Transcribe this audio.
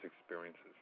experiences